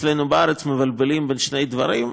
אצלנו בארץ, מבלבלים בין שני הדברים.